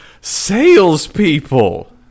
salespeople